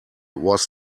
was